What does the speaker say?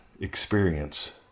experience